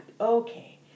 Okay